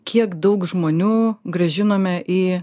kiek daug žmonių grąžinome į